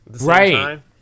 right